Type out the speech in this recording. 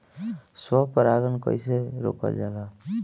स्व परागण कइसे रोकल जाला?